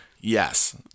Yes